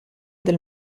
del